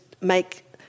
make